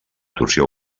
torsió